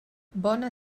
bona